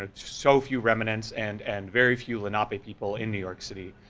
ah so few remnants, and and very few lenape people in new york city.